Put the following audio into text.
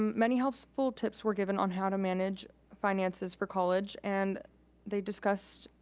many helpful tips were given on how to manage finances for college and they discussed,